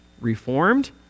reformed